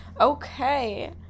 Okay